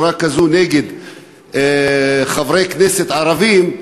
בצורה כזאת נגד חברי הכנסת הערבים,